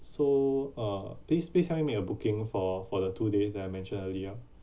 so uh this please help me make a booking for for the two days where I mentioned earlier